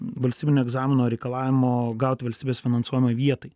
valstybinio egzamino reikalavimo gauti valstybės finansuojamai vietai